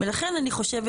ולכן אני חושבת,